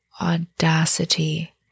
audacity